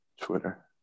Twitter